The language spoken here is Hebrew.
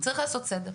צריך לעשות סדר.